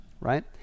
right